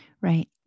Right